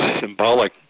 symbolic